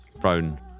thrown